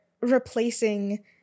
replacing